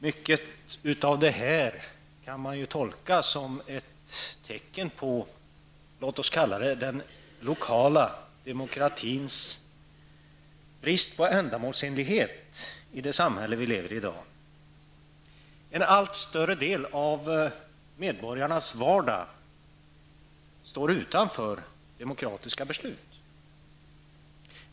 Mycket av det här kan man tolka som ett tecken på den lokala demokratins brist på ändamålsenlighet i det samhälle som vi i dag lever i. En allt större del av medborgarnas vardag står utanför demokratiska beslut.